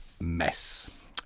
mess